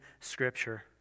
Scripture